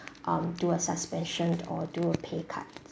um do a suspension or do a pay cut